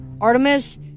Artemis